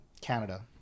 Canada